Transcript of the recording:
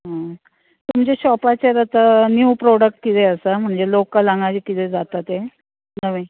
तुमचे शोपाचेर आतां न्यू प्रॉडक्ट्स कितें आसा म्हणजे लोकल हांगा जे कितें जाता ते